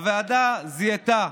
הוועדה זיהתה,